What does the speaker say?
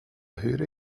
höre